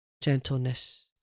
gentleness